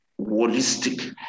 holistic